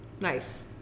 Nice